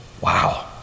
Wow